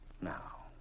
Now